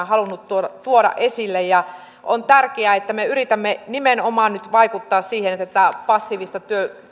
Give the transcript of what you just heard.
halunnut tuoda tuoda esille on tärkeää että me yritämme nyt nimenomaan vaikuttaa siihen että tätä passiivista